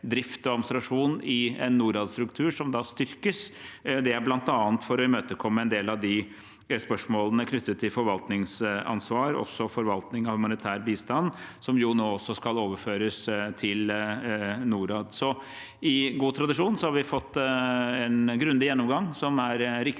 drift og administrasjon i en Norad-struktur, som da styrkes. Dette er bl.a. for å imøtekomme en del av spørsmålene knyttet til forvaltningsansvar, også forvaltning av humanitær bistand, som nå også skal overføres til Norad. I god tradisjon har vi fått en grundig gjennomgang, som er riktig